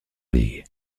league